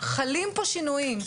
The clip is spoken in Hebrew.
חלים פה שינויים.